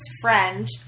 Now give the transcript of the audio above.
friend